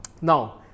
now